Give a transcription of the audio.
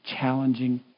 challenging